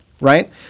right